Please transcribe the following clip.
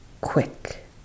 quick